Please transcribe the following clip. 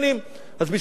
זה מה שיש שם.